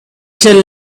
shall